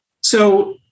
So-